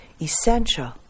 essential